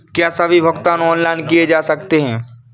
क्या सभी भुगतान ऑनलाइन किए जा सकते हैं?